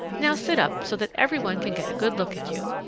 now sit up so that every one can get a good look at you.